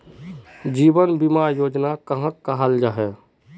जीवन बीमा योजना कहाक कहाल जाहा जाहा?